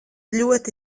ļoti